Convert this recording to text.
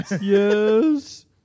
Yes